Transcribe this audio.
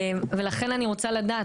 לכן אני רוצה לדעת,